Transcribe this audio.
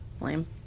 lame